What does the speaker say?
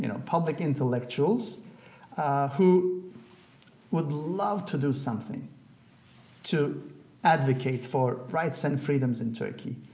you know public intellectuals who would love to do something to advocate for rights and freedoms in turkey,